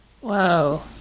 Whoa